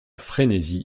frénésie